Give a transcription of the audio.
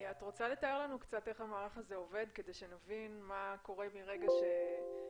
את רוצה לתאר לנו איך המערך עובד כדי שנבין מה קורה מרגע שמפוקח